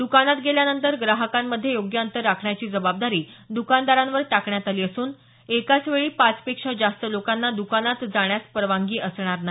दुकानात गेल्यानंतर ग्राहकांमध्ये योग्य अंतर राखण्याची जबाबदारी दुकानदारांवर टाकण्यात आली असून एकाचवेळी पाचपेक्षा जास्त लोकांना द्कानात जाण्यास परवानगी असणार नाही